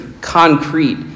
concrete